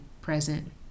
present